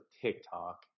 TikTok